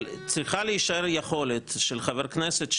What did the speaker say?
אבל צריכה להישאר יכולת של חבר כנסת,